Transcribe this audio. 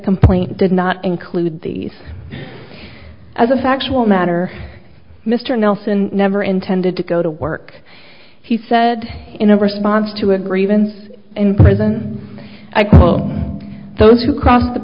complaint did not include these as a factual matter mr nelson never intended to go to work he said in a response to a grievance in prison i quote those who cross the